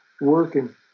working